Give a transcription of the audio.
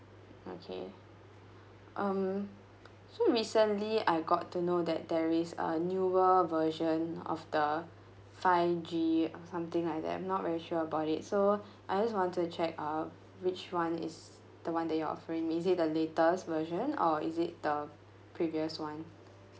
okay um so recently I got to know that there is a newer version of the five G or something like that I'm not very sure about it so I just wanted to check out which one is the one that you are offering is it the latest version or is it the previous one